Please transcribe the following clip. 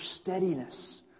steadiness